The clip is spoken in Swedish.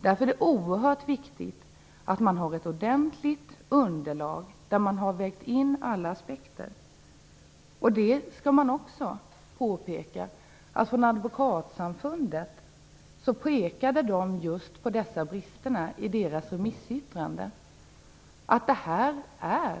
Därför att det oerhört viktigt att man har ett ordentligt underlag där man har vägt in alla aspekter. Det skall också påpekas att Advokatsamfundet pekade på just dessa brister i sitt remissyttrande. Detta är